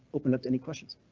open up any questions.